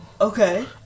Okay